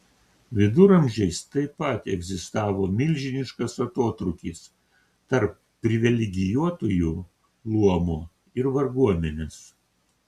viduramžiais taip pat egzistavo milžiniškas atotrūkis tarp privilegijuotųjų luomo ir varguomenės